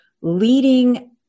leading